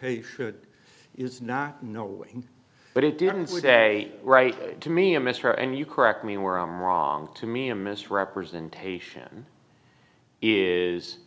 you should is not knowing but it didn't day right to me mr and you correct me where i'm wrong to me a misrepresentation is